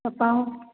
त तव्हां